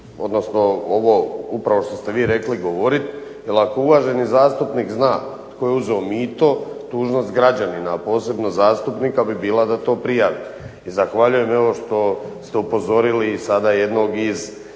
odnosno ovo upravo što ste vi rekli govoriti, jer ako uvaženi zastupnik zna tko je uzeo mito dužnost građanina, a posebno zastupnika bi bila da to prijavi. I zahvaljujem evo što ste upozorili sada jednog i